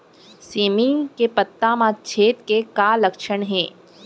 सेमी के पत्ता म छेद के का लक्षण हे?